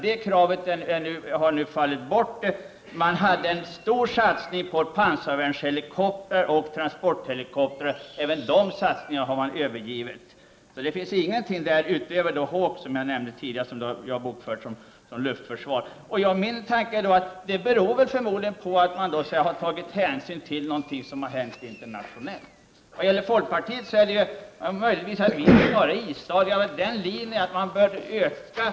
Det kravet ställs inte längre. Moderaterna hade en stor satsning på pansarvärnshelikoptrar och transporthelikoptrar. Men även dessa satsningar har de övergivit. Det finns alltså ingenting förutom Hawk, som jag nämnde tidigare och som har bokförts som luftförsvar. Min tanke är att det förmodligen beror på att moderaterna har tagit hänsyn till något som har hänt internationellt. Folkpartiets linje är att kvaliteten bör ökas.